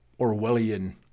Orwellian